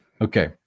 Okay